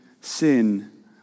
sin